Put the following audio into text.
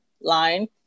line